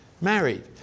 married